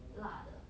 辣的